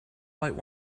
might